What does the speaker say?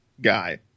guy